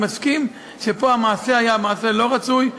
אני מסכים שהמעשה פה היה מעשה לא רצוי.